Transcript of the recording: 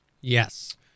yes